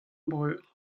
breur